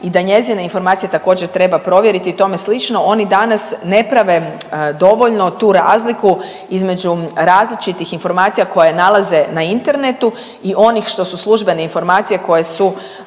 i da njezine informacije također treba provjeriti i tome slično. Oni danas ne prave dovoljno tu razliku između različitih informacija koje nalaze na internetu i onih što su službene informacije koje su